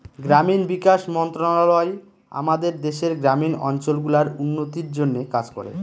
গ্রামীণ বিকাশ মন্ত্রণালয় আমাদের দেশের গ্রামীণ অঞ্চল গুলার উন্নতির জন্যে কাজ করে